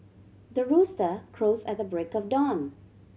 the rooster crows at the break of dawn